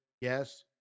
Yes